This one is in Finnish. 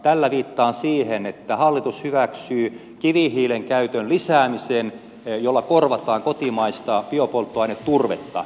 tällä viittaan siihen että hallitus hyväksyy kivihiilen käytön lisäämisen jolla korvataan kotimaista biopolttoaine turvetta